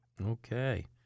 okay